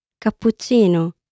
Cappuccino